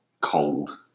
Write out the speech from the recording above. cold